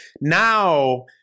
Now